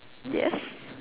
yes